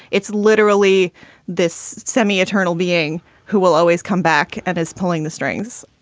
it's literally this semi eternal being who will always come back and is pulling the strings.